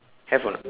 have or not